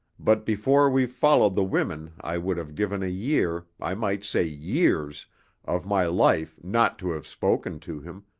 but before we followed the women i would have given a year i might say years of my life not to have spoken to him,